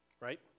right